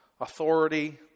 authority